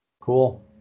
Cool